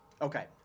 Okay